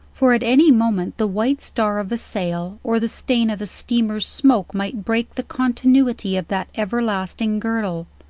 for at any moment the white star of a sail, or the stain of a steamer's smoke, might break the con tinuity of that everlasting girdle.